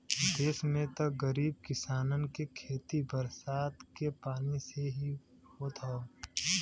देस में त गरीब किसानन के खेती बरसात के पानी से ही होत हौ